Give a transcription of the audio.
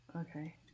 Okay